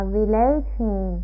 relating